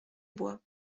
bois